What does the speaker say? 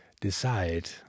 decide